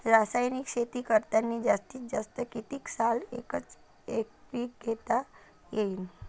रासायनिक शेती करतांनी जास्तीत जास्त कितीक साल एकच एक पीक घेता येईन?